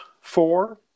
Four